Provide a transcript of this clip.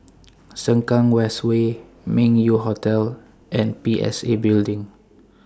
Sengkang West Way Meng Yew Hotel and P S A Building